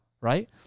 right